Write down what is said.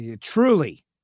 Truly